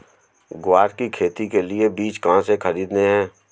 ग्वार की खेती के लिए बीज कहाँ से खरीदने हैं?